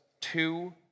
two